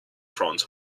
front